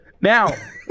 Now